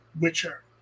Witcher